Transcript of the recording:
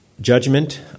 judgment